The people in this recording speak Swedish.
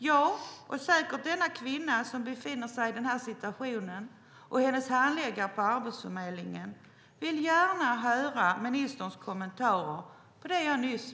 Jag och säkert kvinnan som befinner sig i den här situationen samt hennes handläggare på Arbetsförmedlingen vill gärna höra ministerns kommentarer till det jag nyss beskrev.